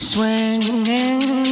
Swinging